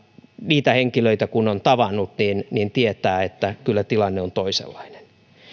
niitä henkilöitä kun on tavannut niin niin tietää että kyllä tilanne on toisenlainen